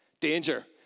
Danger